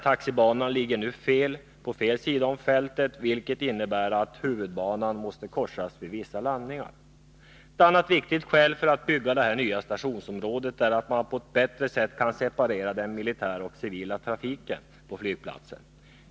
Taxibanan ligger nu på fel sida om fältet, vilket innebär att huvudbanan måste korsas vid vissa landningar. Ett annat viktigt skäl för att bygga det nya stationsområdet är att man på ett bättre sätt skulle kunna separera den militära och civila trafiken på flygplatsen.